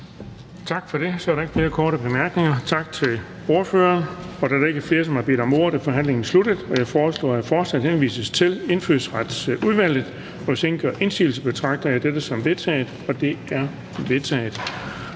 Tak for det. Der er ikke flere korte bemærkninger. Tak til ordførerne. Da der er ikke flere, der har bedt om ordet, er forhandlingen sluttet. Jeg foreslår, at forslaget til folketingsbeslutning henvises til Indfødsretsudvalget. Hvis ingen gør indsigelse, betragter jeg det som vedtaget. Det er vedtaget.